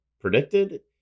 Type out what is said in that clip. predicted